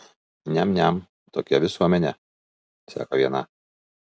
niam niam tokia visuomenė sako viena